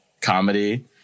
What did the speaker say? comedy